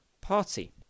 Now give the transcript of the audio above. Party